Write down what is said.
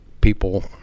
people